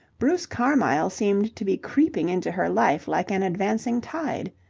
bruce carmyle seemed to be creeping into her life like an advancing tide.